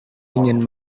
ingin